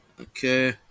Okay